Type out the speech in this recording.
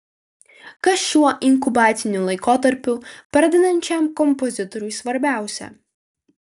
kas šiuo inkubaciniu laikotarpiu pradedančiam kompozitoriui svarbiausia